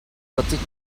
vierzig